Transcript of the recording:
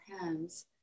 hands